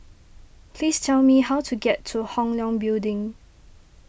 please tell me how to get to Hong Leong Building